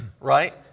right